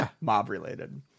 mob-related